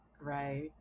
Right